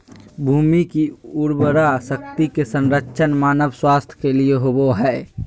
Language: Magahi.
भूमि की उर्वरा शक्ति के संरक्षण मानव स्वास्थ्य के लिए होबो हइ